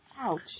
Ouch